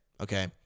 Okay